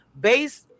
base